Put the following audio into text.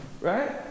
Right